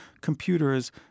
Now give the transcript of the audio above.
computers